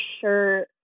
sure